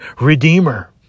redeemer